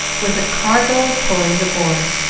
with a cargo of toys aboard.